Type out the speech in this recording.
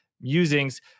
Musings